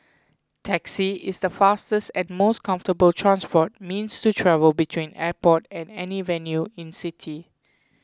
taxi is the fastest and most comfortable transport means to travel between airport and any venue in city